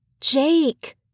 Jake